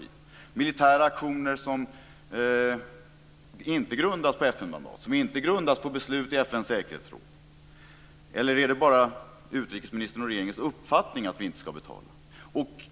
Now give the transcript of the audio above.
Det kan vara militära aktioner som inte grundas på FN-mandat, som inte grundas på beslut i FN:s säkerhetsråd. Eller är det bara utrikesministerns och regeringens uppfattning att vi inte ska betala?